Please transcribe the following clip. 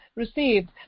received